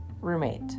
roommate